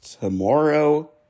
tomorrow